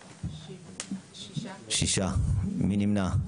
7. מי נמנע?